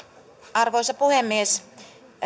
arvoisa puhemies